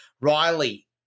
Riley